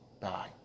Bye